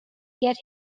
get